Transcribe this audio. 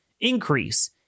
increase